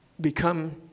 become